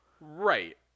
Right